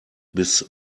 bis